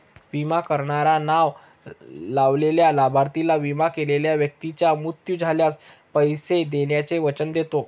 विमा करणारा नाव लावलेल्या लाभार्थीला, विमा केलेल्या व्यक्तीचा मृत्यू झाल्यास, पैसे देण्याचे वचन देतो